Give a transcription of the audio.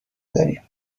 داریم